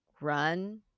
run